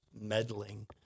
Meddling